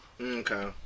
okay